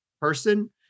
person